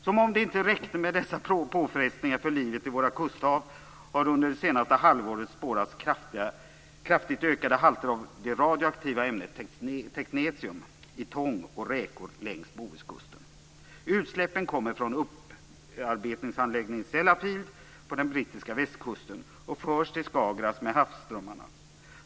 Som om det inte räckte med dessa påfrestningar på livet i våra kusthav har det under det senaste halvåret spårats kraftigt ökade halter av det radioaktiva ämnet teknetium i tång och räkor längs Bohuskusten. Utsläppen kommer från upparbetningsanläggningen Sellafield på den brittiska västkusten och förs till Skagerrak med havsströmmarna.